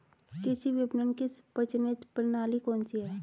कृषि विपणन की प्रचलित प्रणाली कौन सी है?